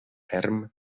erm